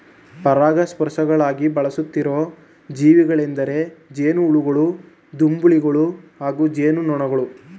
ಪರಾಗಸ್ಪರ್ಶಕಗಳಾಗಿ ಬಳಸುತ್ತಿರೋ ಜೀವಿಗಳೆಂದರೆ ಜೇನುಹುಳುಗಳು ಬಂಬಲ್ಬೀಗಳು ಹಾಗೂ ಜೇನುನೊಣಗಳು